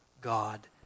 God